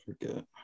forget